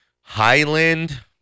Highland